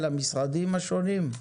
למשרדים השונים?